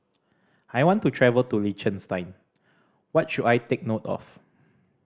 I want to travel to Liechtenstein what should I take note of